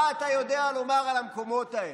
מה אתה יודע לומר על המקומות האלה?